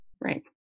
right